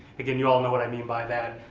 again you all know what i mean by that.